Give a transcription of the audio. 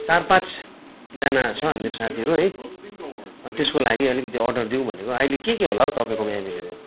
चार पाँचजना छ हामीहरू साथीहरू है त्यसको लागि अलिकति अर्डर दिउँ भनेको अहिले के के होला हौ तपाईँकोमा अभाइलेबल